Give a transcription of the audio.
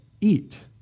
eat